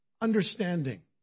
understanding